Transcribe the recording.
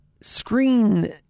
screen